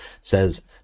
says